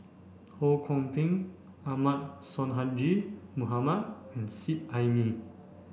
Ho Kwon Ping Ahmad Sonhadji Mohamad and Seet Ai Mee